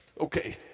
Okay